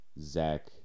Zach